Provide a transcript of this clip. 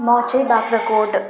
म चाहिँ बाग्राकोट